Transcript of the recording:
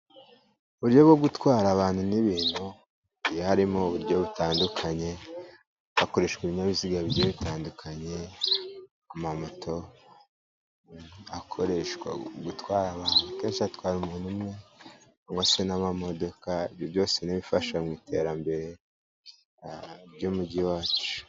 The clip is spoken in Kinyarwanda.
Uburyo bwo gutwara abantu n'ibintu, hagiye harimo uburyo butandukanye hakoreshwa ibinyabiziga bitandukanye, amamoto akoreshwa gutwara abantu kenshi hatwara umuntu umwe, cyangwa se n'amamodoka. Ibyo byose ni ibifasha mu iterambere ry'umugi wacu.